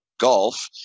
golf